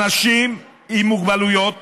אנשים עם מוגבלויות